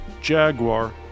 Jaguar